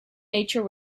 nature